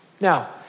Now